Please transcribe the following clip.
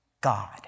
God